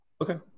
Okay